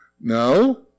No